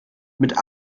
mit